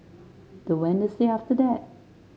the Wednesday after that